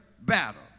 battle